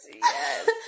yes